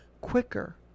quicker